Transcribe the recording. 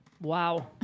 Wow